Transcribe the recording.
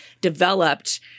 developed